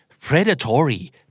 Predatory